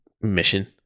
mission